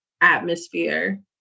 atmosphere